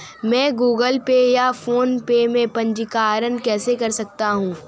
मैं Google Pay या PhonePe में पंजीकरण कैसे कर सकता हूँ?